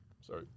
Sorry